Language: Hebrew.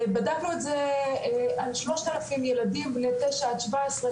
בדקנו את זה על 3,000 ילדים בני 9 עד 17,